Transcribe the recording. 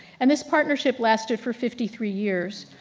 and this partnership lasted for fifty three years.